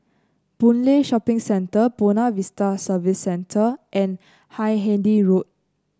Boon Lay Shopping Center Buona Vista Service Center and Hindhede Road